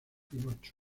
pinocho